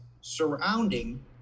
surrounding